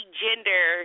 gender